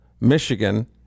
Michigan